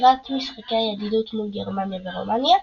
לקראת משחקי הידידות מול גרמניה ורומניה,